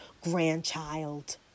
grandchild